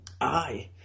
Aye